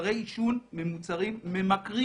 מוצרי העישון הם מוצרים ממכרים